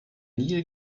nil